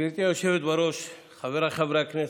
גברתי היושבת-ראש, חבריי חברי הכנסת,